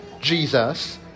Jesus